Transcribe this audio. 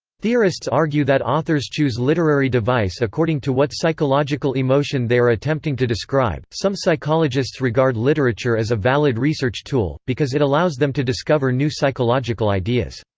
theorists argue that authors choose literary device according to what psychological emotion they are attempting to describe some psychologists regard literature as a valid research tool, because it allows them to discover new psychological ideas.